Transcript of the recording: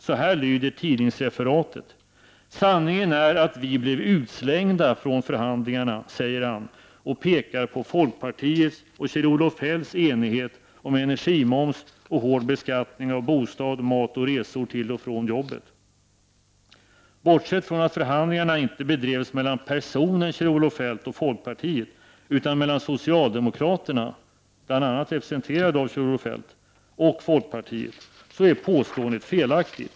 Så här lyder tidningsreferatet: Sanningen är att vi blev utslängda från förhandlingarna, säger man och pekar på folkpartiets och Kjell-Olof Feldts enighet om energimoms och hård beskattning av bostad, mat och resor till och från jobbet. Bortsett från att förhandlingarna inte bedrevs mellan personen Kjell-Olof Feldt och folkpartiet utan mellan socialdemokraterna, bl.a. representerade av Kjell-Olof Feldt, och folkpartiet är påståendet felaktigt.